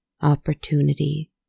Opportunity